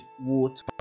water